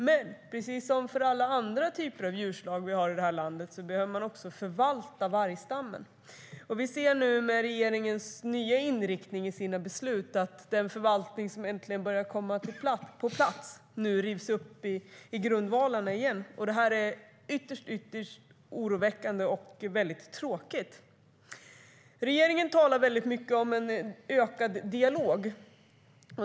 Men precis som för alla andra djurslag som vi har i landet behöver man förvalta också vargstammen. Vi ser nu med regeringens nya inriktning i besluten att den förvaltning som äntligen börjar komma på plats nu rivs upp i grundvalarna. Det är ytterst oroväckande och mycket tråkigt. Regeringen talar mycket om en ökad dialog.